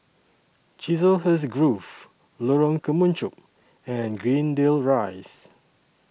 Chiselhurst Grove Lorong Kemunchup and Greendale Rise